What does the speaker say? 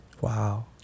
Wow